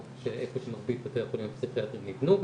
איפה שמרבית בתי החולים הפסיכיאטריים נבנו בזמנו.